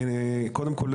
קודם כל,